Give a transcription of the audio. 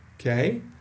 okay